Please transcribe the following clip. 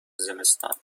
زمستان